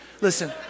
listen